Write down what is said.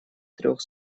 трёх